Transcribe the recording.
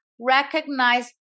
recognize